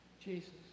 Jesus